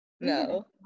No